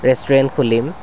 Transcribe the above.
restaurant খুলিম